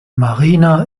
marina